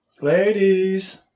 Ladies